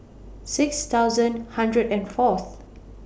six thousand hundred and Fourth